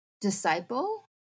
disciple